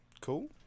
Cool